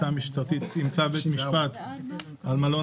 צו בית משפט בעת פשיטה של המשטרה על מלון